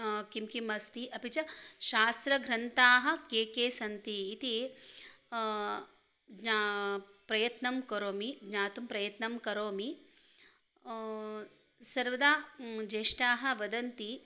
किं किम् अस्ति अपि च शास्त्रग्रन्थाः के के सन्ति इति ज्ञा प्रयत्नं करोमि ज्ञातुं प्रयत्नं करोमि सर्वदा ज्येष्ठाः वदन्ति